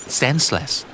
senseless